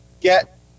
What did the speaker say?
get